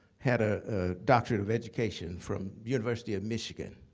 had a doctorate of education from university of michigan.